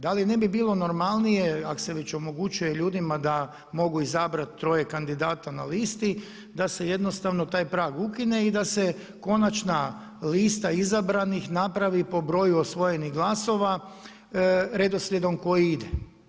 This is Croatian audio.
Da li ne bi bilo normalnije ako se već omogućuje ljudima da mogu izabrati troje kandidata na listi da se jednostavno taj prag ukine i da se konačna lista izabranih napravi po broju osvojenih glasova redoslijedom koji ide.